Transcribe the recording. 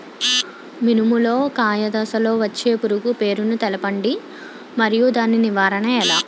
మినుము లో కాయ దశలో వచ్చే పురుగు పేరును తెలపండి? మరియు దాని నివారణ ఎలా?